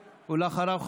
ואחריו,